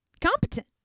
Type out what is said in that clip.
Competent